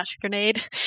grenade